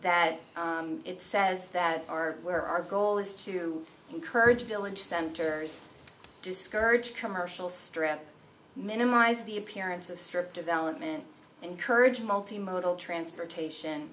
that it says that our where our goal is to encourage village centers discourage commercial strip minimize the appearance of strip development encourage multi modal transportation